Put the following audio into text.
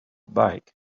back